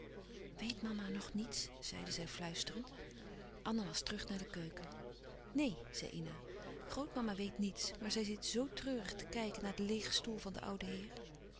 mama nog niets zeide zij fluisterend anna was terug naar de keuken neen zei ina grootmama weet niets maar zij zit zoo treurig te kijken naar den leêgen stoel van den ouden heer